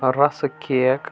rusk cake